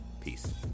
peace